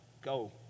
go